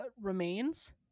remains